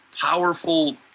powerful